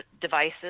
devices